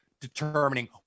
determining